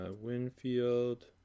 Winfield